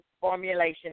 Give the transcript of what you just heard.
formulation